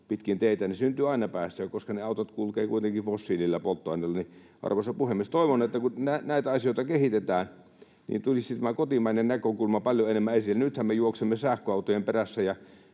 pitkin teitä, niin syntyy aina päästöjä, koska ne autot kulkevat kuitenkin fossiilisilla polttoaineilla. Arvoisa puhemies! Toivon, että kun näitä asioita kehitetään, niin tulisi tämä kotimainen näkökulma paljon enemmän esiin. Nythän me juoksemme sähköautojen perässä,